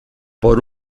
por